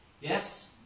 Yes